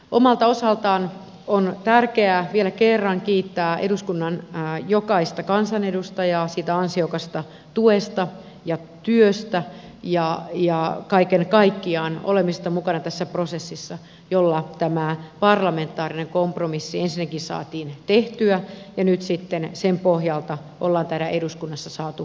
omalta osaltaan on tärkeää vielä kerran kiittää eduskunnan jokaista kansanedustajaa ansiokkaasta tuesta ja työstä ja kaiken kaikkiaan olemisesta mukana tässä prosessissa jolla ensinnäkin saatiin tehtyä tämä parlamentaarinen kompromissi jonka pohjalta nyt sitten on täällä eduskunnassa saatu yhteisymmärrys aikaan